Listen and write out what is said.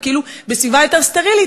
ואנחנו כאילו בסביבה יותר סטרילית,